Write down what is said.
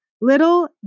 Little